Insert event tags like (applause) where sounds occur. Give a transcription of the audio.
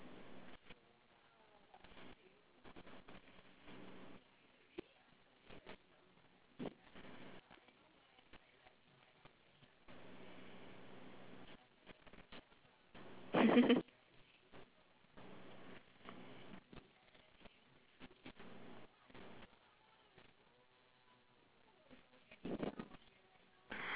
(laughs)